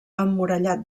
emmurallat